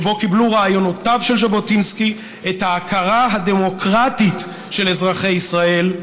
שבו קיבלו רעיונותיו של ז'בוטינסקי את ההכרה הדמוקרטית של אזרחי ישראל.